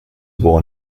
born